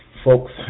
folks